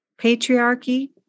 patriarchy